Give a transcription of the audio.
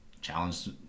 challenge